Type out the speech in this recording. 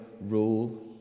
rule